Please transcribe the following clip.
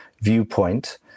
viewpoint